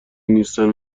نیستند